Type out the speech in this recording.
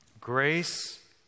grace